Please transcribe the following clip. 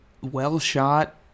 well-shot